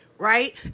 Right